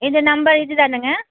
இது நம்பர் இதுதானங்க